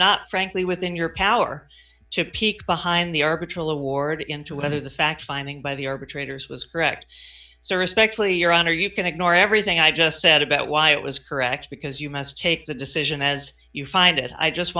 not frankly within your power to peek behind the arc which will award into whether the fact finding by the arbitrators was correct so respectfully your honor you can ignore everything i just said about why it was correct because you must take the decision as you find it i just